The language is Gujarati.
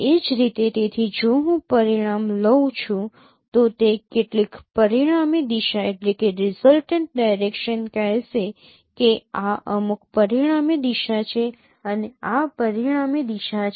એ જ રીતે તેથી જો હું પરિણામ લઉં છું તો તે કેટલીક પરિણામી દિશા કહેશે કે આ અમુક પરિણામી દિશા છે અને આ પરિણામી દિશા છે